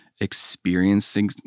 experiencing